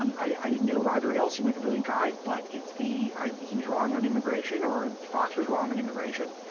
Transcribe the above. um i didn't know roger ailes. seemed like a brilliant guy. but it's the he was wrong on immigration, or fox was wrong on immigration.